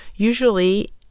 Usually